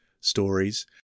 stories